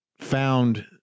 found